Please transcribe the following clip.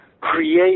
create